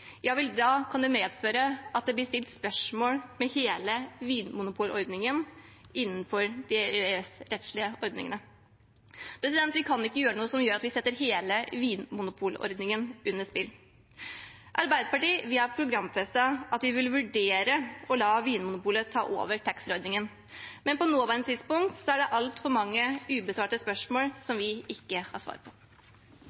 kan det medføre at det blir stilt spørsmål ved hele vinmonopolordningen innenfor de EØS-rettslige ordningene. Vi kan ikke gjøre noe som gjør at vi setter hele vinmonopolordningen på spill. Arbeiderpartiet har programfestet at vi vil vurdere å la Vinmonopolet overta taxfree-ordningen, men på det nåværende tidspunkt er det altfor mange ubesvarte spørsmål,